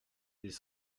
des